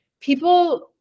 people